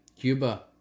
Cuba